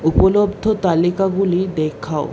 উপলব্ধ তালিকাগুলি দেখাও